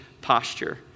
posture